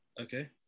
okay